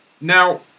Now